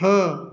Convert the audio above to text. ହଁ